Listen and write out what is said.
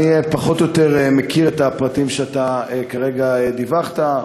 אני פחות או יותר מכיר את הפרטים שכרגע דיווחת.